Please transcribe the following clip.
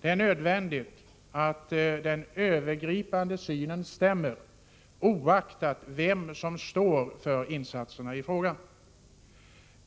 Det är nödvändigt att den övergripande synen stämmer oaktat vem som står för insatserna i fråga.